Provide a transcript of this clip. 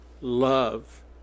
love